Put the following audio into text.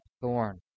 thorn